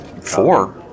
Four